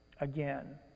again